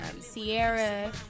Sierra